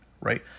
right